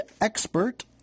expert